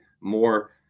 more